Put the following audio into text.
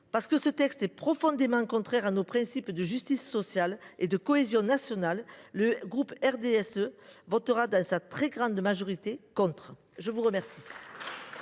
Parce que ce texte est profondément contraire à nos principes de justice sociale et de cohésion nationale, le groupe du RDSE votera contre dans sa très grande majorité. La parole